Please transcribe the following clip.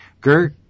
Gert